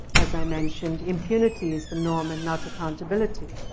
as i mentioned, impunity is the norm, and not accountability.